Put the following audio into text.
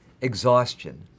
exhaustion